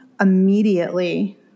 immediately